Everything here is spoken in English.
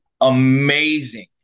amazing